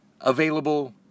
Available